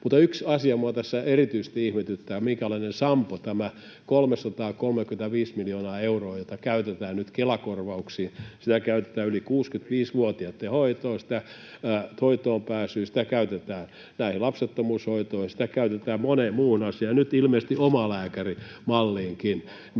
Yksi asia minua tässä erityisesti ihmetyttää, se, minkälainen sampo on tämä 335 miljoonaa euroa, jota käytetään nyt Kela-korvauksiin. Kun sitä käytetään yli 65-vuotiaitten hoitoonpääsyyn, sitä käytetään näihin lapsettomuushoitoihin, sitä käytetään moneen muuhun asiaan ja nyt ilmeisesti omalääkärimalliinkin,